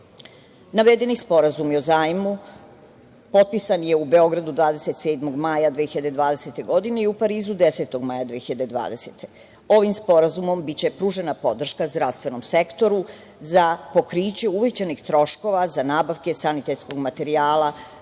sporazum o zajmu potpisan je u Beogradu 27. maja 2020. godine i u Parizu 10. maja 2020. godine. Ovim sporazumom biće pružena podrška zdravstvenom sektoru za pokriće uvećanih troškova za nabavke sanitetskog materijala,